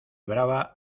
brava